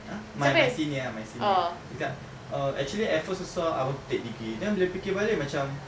!huh! my my senior ah my senior dia cakap actually at first also I want to take degree then bila fikir balik macam